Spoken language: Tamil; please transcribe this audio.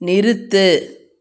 நிறுத்து